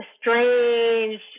strange